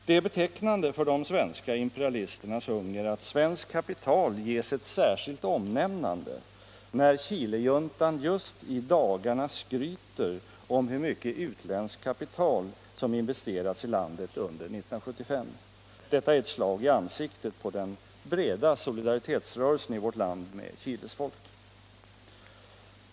Det är betecknande för de svenska imperialisternas hunger att svenskt kapital ges ett särskilt omnämnande när Chilejuntan just i dagarna skryter om hur mycket utländskt kapital som investerats i landet under 1975. Detta är ett slag i ansiktet på den breda solidaritetsrörelsen i vårt land för Chiles folk.